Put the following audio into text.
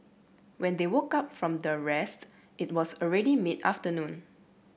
when they woke up from the rest it was already mid afternoon